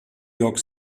york